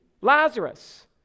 Lazarus